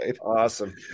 awesome